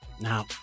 Now